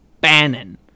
Bannon